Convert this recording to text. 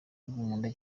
nkunda